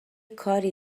کاری